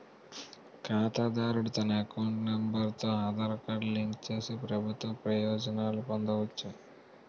ఖాతాదారుడు తన account number తో ఆధార్ కార్డు లింక్ చేసి ప్రభుత్వ ప్రయోజనాలు పొందవచ్చు